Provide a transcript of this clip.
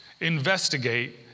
Investigate